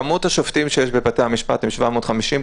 כמות השופטים שיש בבתי המשפט הם 750,